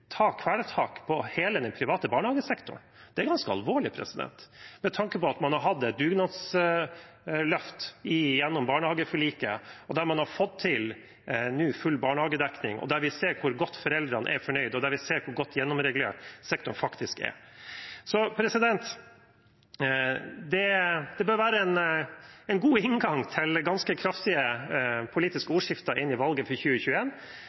ta kvelertak på hele den private barnehagesektoren. Det er ganske alvorlig med tanke på at man har hatt et dugnadsløft gjennom barnehageforliket, der man nå har fått til full barnehagedekning, og der de ser hvor godt fornøyde foreldrene er, og der de ser hvor godt gjennomregulert sektoren faktisk er. Det bør være en god inngang til det ganske kraftige politiske ordskiftet inn i valget i 2021. For